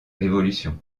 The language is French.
révolution